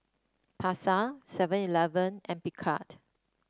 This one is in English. Pasar Seven Eleven and Picard